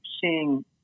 seeing